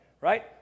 right